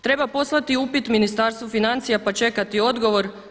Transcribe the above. Treba poslati upit Ministarstvu financija, pa čekati odgovor.